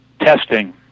testing